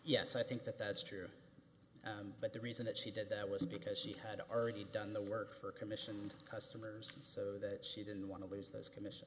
yes i think that that's true but the reason that she did that was because she had already done the work for commissioned customers so that she didn't want to lose those commission